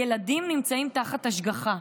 ילדים נמצאים תחת השגחה,